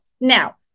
Now